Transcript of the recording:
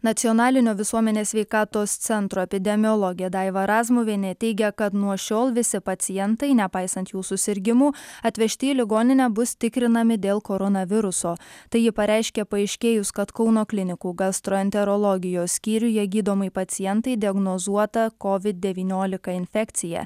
nacionalinio visuomenės sveikatos centro epidemiologe daiva razmuvienė teigia kad nuo šiol visi pacientai nepaisant jų susirgimų atvežti į ligoninę bus tikrinami dėl koronaviruso tai ji pareiškė paaiškėjus kad kauno klinikų gastroenterologijos skyriuje gydomai pacientei diagnozuota kovid devyniolika infekcija